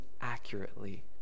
accurately